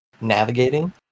navigating